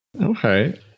Okay